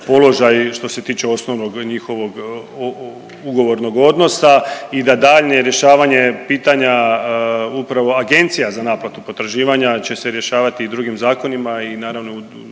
položaj što se tiče osnovnog njihovog ugovornog odnosa i da daljnje rješavanje pitanja upravo Agencija za naplatu potraživanja će se rješavati i drugim zakonima i naravno